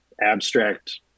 abstract